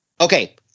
Okay